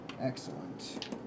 Excellent